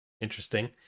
Interesting